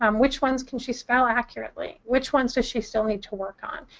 um which ones can she spell accurately which ones does she still need to work on?